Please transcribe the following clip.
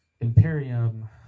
Imperium